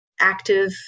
active